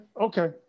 okay